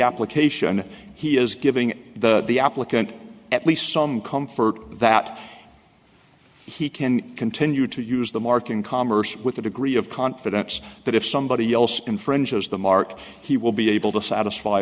application he is giving the applicant at least some comfort that he can continue to use the mark in commerce with a degree of confidence that if somebody else in french has the mark he will be able to satisfy